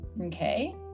Okay